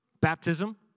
baptism